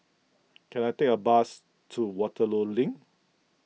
can I take a bus to Waterloo Link